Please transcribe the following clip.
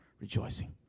Rejoicing